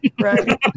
Right